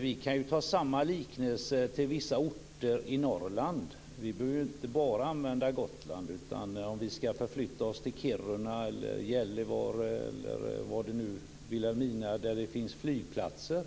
Vi kan se en likhet med vissa orter i Norrland. Vi behöver inte bara använda Gotland. Vi kan förflytta oss till Kiruna, Gällivare, Vilhelmina eller var det nu finns flygplatser.